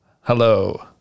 Hello